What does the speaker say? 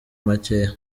makeya